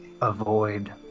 avoid